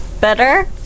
Better